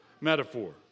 metaphor